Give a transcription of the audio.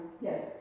yes